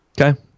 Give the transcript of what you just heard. Okay